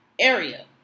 area